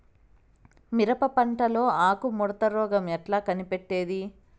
మిరప పంటలో ఆకు ముడత రోగం ఎట్లా కనిపెట్టేది?